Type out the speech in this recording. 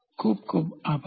ખુબ ખુબ આભાર